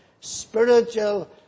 spiritual